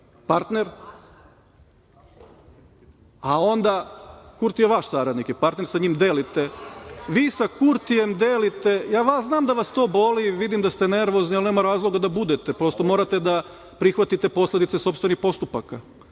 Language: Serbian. partner.)Kurti je vaš saradnik i partner, vi sa Kurtijem delite… Ja znam da vas to boli, vidim da ste nervozni, ali nema razloga da budete. Prosto, morate da prihvatite posledice sopstvenih postupaka.